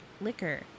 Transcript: liquor